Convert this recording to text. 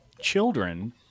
children